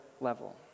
level